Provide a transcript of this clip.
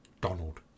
Donald